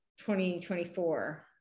2024